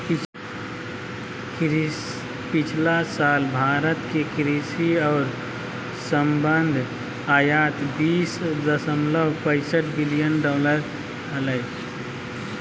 पिछला साल भारत के कृषि और संबद्ध आयात बीस दशमलव पैसठ बिलियन डॉलर हलय